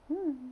mm